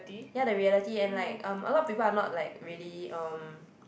ya the reality and like um a lot of people are not like really um